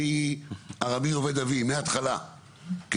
מהתחלה,